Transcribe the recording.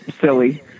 silly